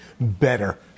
better